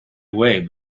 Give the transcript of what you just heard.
away